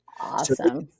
Awesome